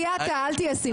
תהיה אתה, אל תהיה שמחה.